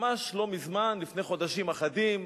ממש לא מזמן, לפני חודשים אחדים,